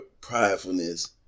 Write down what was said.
pridefulness